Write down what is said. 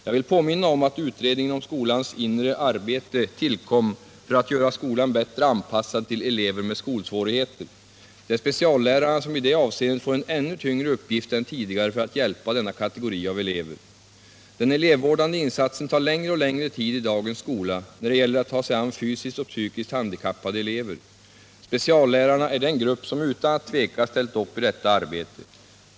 Jag vill påminna om att utredningen om skolans inre arbete tillkom för att göra 18 skolan bättre anpassad till elever med skolsvårigheter. Det är speciallärarna som i det avseendet får en ännu tyngre uppgift än tidigare för att hjälpa denna kategori av elever. Den elevvårdande insatsen tar längre och längre tid i dagens skola, när det gäller att ta sig an fysiskt och psykiskt handikappade elever. Speciallärarna är den grupp som utan att tveka ställt upp i detta arbete.